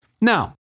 Now